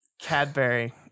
cadbury